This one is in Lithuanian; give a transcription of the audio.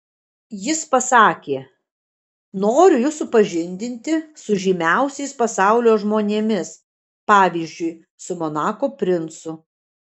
jis pasakė noriu jus supažindinti su žymiausiais pasaulio žmonėmis pavyzdžiui su monako princu